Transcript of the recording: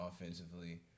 offensively